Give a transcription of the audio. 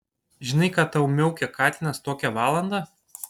žinai ką tau miaukia katinas tokią valandą